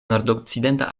nordokcidenta